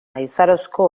aizarozko